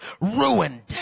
ruined